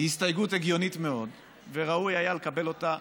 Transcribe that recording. היא הסתייגות הגיונית מאוד וראוי היה לקבל אותה,